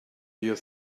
your